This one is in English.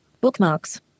Bookmarks